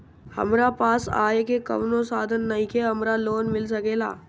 हमरा पास आय के कवनो साधन नईखे हमरा लोन मिल सकेला?